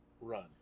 run